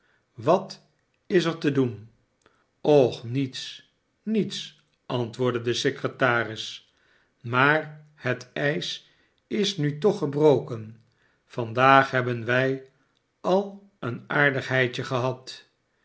wat is ertedoen och niets niets antwoordde de secretaris maar het ijs is nu toch gebroken vandaag hebben wij al een aardigheidje gehad